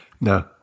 No